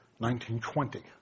1920